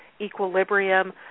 Equilibrium